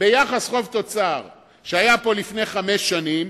על יחס חוב-תוצר שהיה פה לפני חמש שנים,